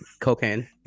Cocaine